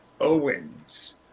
Owens